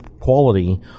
quality